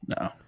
No